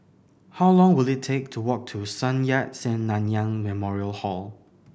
how long will it take to walk to Sun Yat Sen Nanyang Memorial Hall